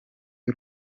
y’u